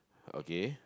okay